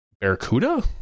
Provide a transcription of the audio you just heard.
barracuda